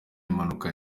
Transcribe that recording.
impanuka